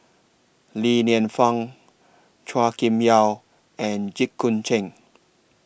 Li Lienfung Chua Kim Yeow and Jit Koon Ch'ng